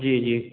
जी जी